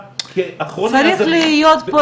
לא, אני לא ביקשתי